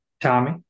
Tommy